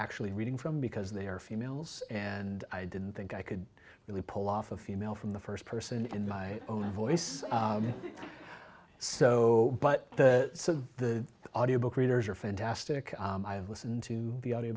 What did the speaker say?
actually reading from because they are females and i didn't think i could really pull off a female from the first person in my own voice so but the audio book readers are fantastic i've listened to the audio